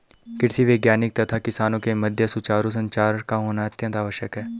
कृषि वैज्ञानिक तथा किसानों के मध्य सुचारू संचार का होना अत्यंत आवश्यक है